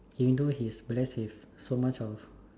he know he's blessed with so much of